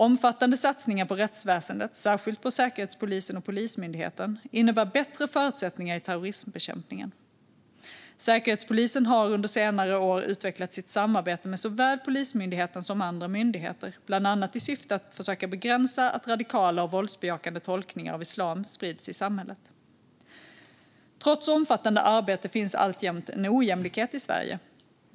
Omfattande satsningar på rättsväsendet, särskilt på Säkerhetspolisen och Polismyndigheten, innebär bättre förutsättningar i terrorismbekämpningen. Säkerhetspolisen har under senare år utvecklat sitt samarbete med såväl Polismyndigheten som andra myndigheter, bland annat i syfte att försöka begränsa att radikala och våldsbejakande tolkningar av islam sprids i samhället. Trots omfattande arbete finns alltjämt en ojämlikhet i Sverige.